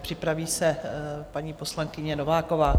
Připraví se paní poslankyně Nováková.